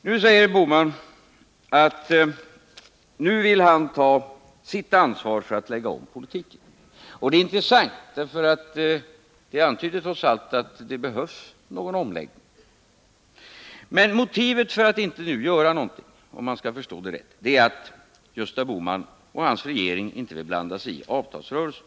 Nu säger Gösta Bohman att han vill ta sitt ansvar för att lägga om politiken. Det är ett intressant uttalande, för det antyder trots allt att en omläggning behövs. Men motivet för att inte nu göra någonting är, om jag förstått det rätt, att Gösta Bohman och hans regering inte vill blanda sig i avtalsrörelsen.